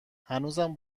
هنوزم